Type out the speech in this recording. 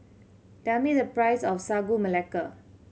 tell me the price of Sagu Melaka